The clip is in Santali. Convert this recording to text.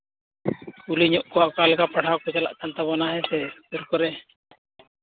ᱠᱩᱞᱤ ᱧᱚᱜ ᱠᱚᱣᱟ ᱚᱠᱟ ᱞᱮᱠᱟ ᱯᱟᱲᱦᱟᱣ ᱠᱚ ᱪᱟᱞᱟᱜ ᱠᱟᱱ ᱛᱟᱵᱚᱱᱟ ᱤᱥᱠᱩᱞ ᱠᱚᱨᱮ